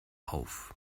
auf